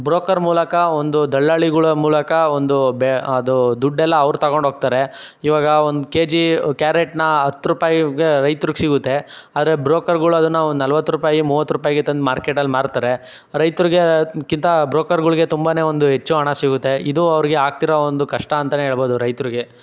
broker ಮೂಲಕ ಒಂದು ದಲ್ಲಾಳಿಗಳ ಮೂಲಕ ಒಂದು ಬೆ ಅದು ದುಡ್ಡೆಲ್ಲ ಅವ್ರು ತಗೊಂಡು ಹೋಗ್ತಾರೆ ಈವಾಗ ಒಂದು ಕೆ ಜಿ ಕ್ಯಾರೆಟ್ನ ಹತ್ತು ರೂಪಾಯಿಗೆ ರೈತರಿಗೆ ಸಿಗುತ್ತೆ ಆದರೆ ಬ್ರೋಕರ್ಗಳು ಅದನ್ನು ಒಂದು ನಲವತ್ತು ರೂಪಾಯಿ ಮೂವತ್ತು ರೂಪಾಯಿಗೆ ತಂದು ಮಾರ್ಕೆಟಲ್ಲಿ ಮಾರುತ್ತಾರೆ ರೈತರಿಗಿಂತ ಬ್ರೋಕರ್ಗಳಿಗೆ ತುಂಬನೇ ಒಂದು ಹೆಚ್ಚು ಹಣ ಸಿಗುತ್ತೆ ಇದು ಅವರಿಗೆ ಆಗ್ತಿರೋ ಒಂದು ಕಷ್ಟಾಂತನೇ ಹೇಳ್ಬೋದು ರೈತರಿಗೆ